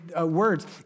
words